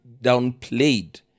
downplayed